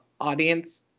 audience